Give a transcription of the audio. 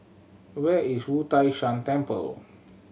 where is Wu Tai Shan Temple